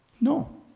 No